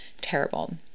terrible